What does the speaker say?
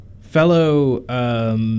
fellow